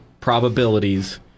Probabilities